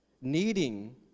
needing